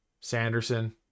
Sanderson